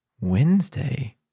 Wednesday